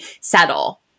settle